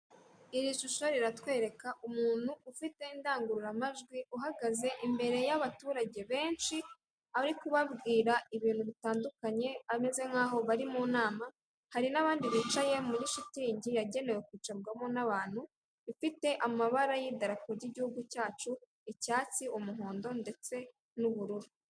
Iri shusho riratwereka umuntu ufite indangururamajwi uhagaze imbere y'abaturage bensh,i ari kubabwira ibintu bitandukanye ameze nk'aho bari mu nama, hari n'abandi bicaye muri shitingi yagenewe kwicarwamo n'abantu ifite amabara y'indarapo ry'igihugu cyacu; icyatsi, umuhondo, ndetse n'ubururu.